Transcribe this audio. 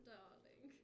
Darling